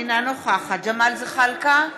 אינה נוכחת ג'מאל זחאלקה,